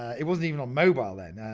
it wasn't even on mobile then.